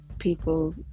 people